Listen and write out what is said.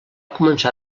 començar